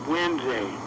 Wednesday